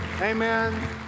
Amen